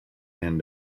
and